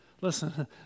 listen